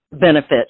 benefit